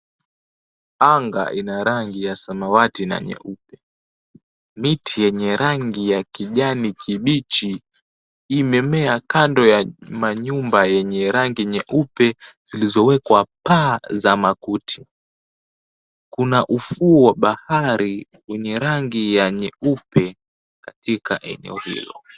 Anga ina rangi ya samawati na nyeupe. Miti yenye rangi ya kijani kibichi imemea kando ya manyumba yenye rangi nyeupe zilizowekwa paa za makuti, kuna ufuo wa bahari wenye rangi ya nyeupe katika eneo hilo.